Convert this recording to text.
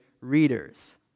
readers